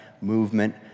movement